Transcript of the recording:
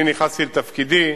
נכנסתי לתפקידי,